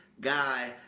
guy